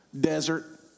Desert